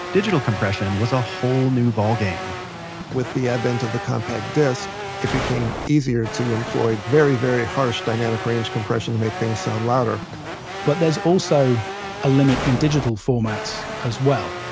digital compression was a whole new ballgame with the advent of the compact disc it became easier to employ very, very harsh dynamic range compression to make things sound louder but there's also a limit in digital formats as well.